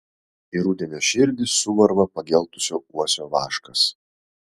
į rudenio širdį suvarva pageltusio uosio vaškas